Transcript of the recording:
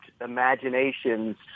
imaginations